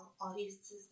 audiences